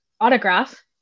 autograph